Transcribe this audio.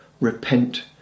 repent